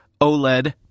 OLED